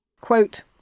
quote